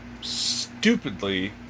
stupidly